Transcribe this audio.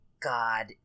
God